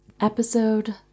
episode